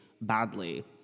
badly